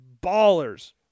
ballers